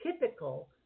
typical